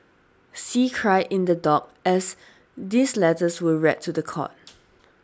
see cried in the dock as these letters were read to the court